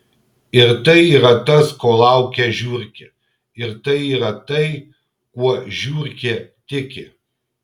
ir tai yra tas ko laukia žiurkė ir tai yra tai kuo žiurkė tiki